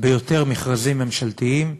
ביותר מכרזים ממשלתיים,